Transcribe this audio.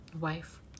wife